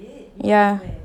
yeah